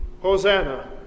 Hosanna